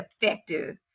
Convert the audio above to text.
effective